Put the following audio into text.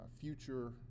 future